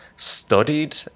Studied